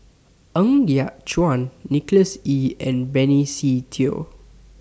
Ng Yat Chuan Nicholas Ee and Benny Se Teo